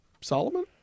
solomon